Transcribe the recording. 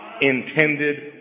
intended